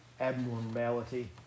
Abnormality